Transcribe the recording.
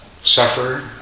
suffer